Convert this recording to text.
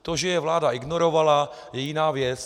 To, že je vláda ignorovala, je jiná věc.